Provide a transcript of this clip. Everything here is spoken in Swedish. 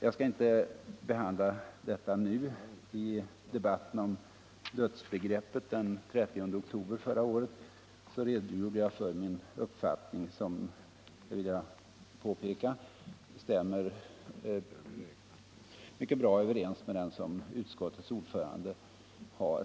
Jag skall inte behandla detta nu — i debatten om dödsbegreppet den 30 oktober förra året redogjorde jag för min uppfattning som — det vill jag påpeka — stämmer bra överens i stort sett med den som utskottets ordförande har.